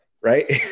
right